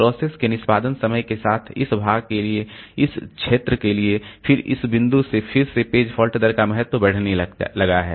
process के निष्पादन समय के इस भाग के लिए इस क्षेत्र के लिए फिर इस बिंदु से फिर से पेज फॉल्ट दर का महत्व बढ़ने लगा है